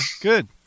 Good